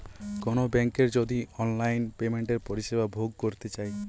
কোনো বেংকের যদি অনলাইন পেমেন্টের পরিষেবা ভোগ করতে চাই